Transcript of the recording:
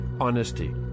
honesty